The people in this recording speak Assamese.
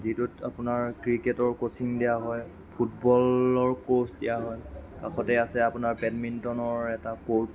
যিটোত আপোনাৰ ক্ৰিকেটৰ কোচিং দিয়া হয় ফুটবলৰ কোৰ্ছ দিয়া হয় তাৰ কাষতে আছে আপোনাৰ বেডমিণ্টনৰ এটা কৰ্ট